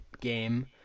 game